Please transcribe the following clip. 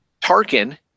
Tarkin